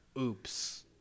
Oops